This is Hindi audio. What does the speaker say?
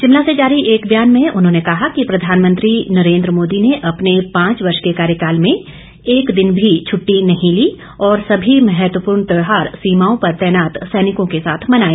शिमला से जारी एक बयान में उन्होंने कहा कि प्रधानमंत्री नरेन्द्र मोदी ने अपने पांच वर्ष के कार्यकाल में एक दिन भी छुट्टी नहीं ली और सभी महत्वपूर्ण त्यौहार सीमाओं पर तैनात सैनिकों को साथ मनाए